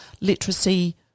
literacy